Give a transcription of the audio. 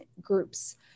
groups